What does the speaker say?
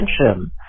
attention